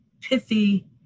pithy